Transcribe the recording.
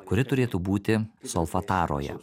kuri turėtų būti solfataroje